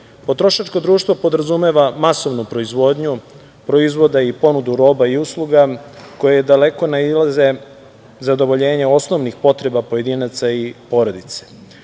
postojim. Potrošačko društvo podrazumeva masovnu proizvodnju proizvoda i ponudu roba i usluga koje daleko nadilaze zadovoljenje osnovnih potreba pojedinaca i porodice.